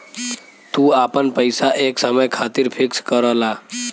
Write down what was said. तू आपन पइसा एक समय खातिर फिक्स करला